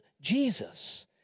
Jesus